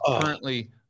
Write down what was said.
currently